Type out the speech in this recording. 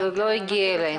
זה עוד לא הגיע אלינו.